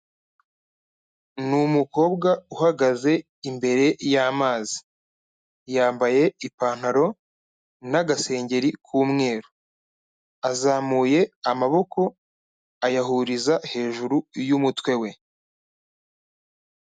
Ni umukobwa uhagaze imbere y'amazi. Yambaye ipantaro n'agasengeri k'umweru. Azamuye amaboko, ayahuriza hejuru y'umutwe we.